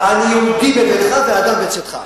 יהודי בביתך, ואדם בצאתך.